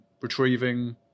retrieving